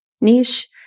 niche